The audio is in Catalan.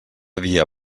dia